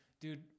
dude